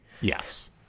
Yes